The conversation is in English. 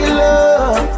love